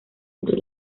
entre